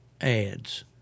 ads